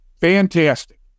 Fantastic